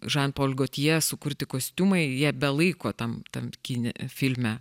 žan pol gotjė sukurti kostiumai jie be laiko tam tam kine filme